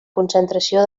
concentració